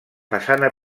façana